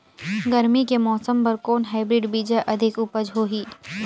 गरमी के मौसम बर कौन हाईब्रिड बीजा अधिक उपज होही?